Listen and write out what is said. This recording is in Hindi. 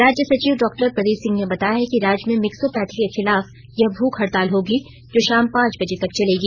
राज्य सचिव डॉक्टर प्रदीप सिंह ने बताया है कि राज्य में मिक्सोपैथी के खिलाफ यह भूख हड़ताल होगी जो शाम पांच बजे तक चलेगी